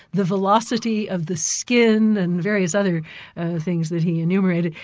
the villosity of the skin and various other things that he enumerated,